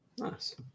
nice